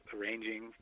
arranging